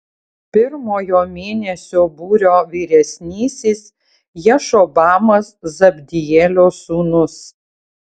pirmojo mėnesio būrio vyresnysis jašobamas zabdielio sūnus